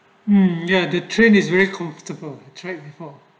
mm ya the train is very comfortable track before